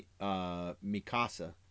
Mikasa